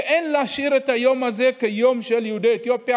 אין להשאיר את היום הזה כיום של יהודי אתיופיה,